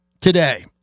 today